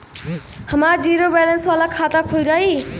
हमार zero balance वाला खाता खुल जाई?